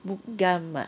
不 gam ah